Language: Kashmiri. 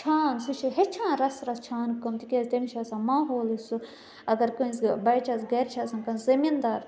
چھان سُہ چھِ ہیٚچھان رَس رَس چھان کٲم تِکیٛازِ تٔمِس چھُ آسان ماحول یُس سُہ اگر کٲنٛسہِ بَچَس گَرِ چھِ آسان کٲنٛہہِ زٔمیٖنٛدار